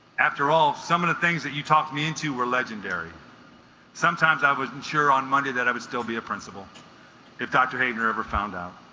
after all some of the things that you talked me into were legendary sometimes i wasn't sure on monday that i would still be a principal if dr. hamer ever found out